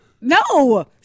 no